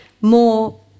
more